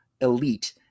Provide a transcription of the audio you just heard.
elite